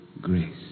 grace